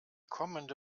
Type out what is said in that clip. kommende